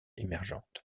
émergente